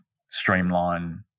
streamline